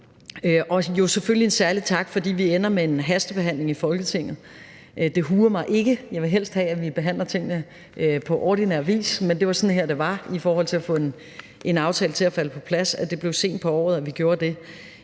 og selvfølgelig en særlig tak, fordi vi ender med en hastebehandling i Folketinget. Det huer mig ikke. Jeg vil helst have, at vi behandler tingene på ordinær vis, men det var sådan, det var i forhold til at få en aftale til at falde på plads: at det er sent på året, vi gjorde det.